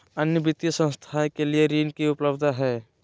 अन्य वित्तीय संस्थाएं के लिए ऋण की उपलब्धता है?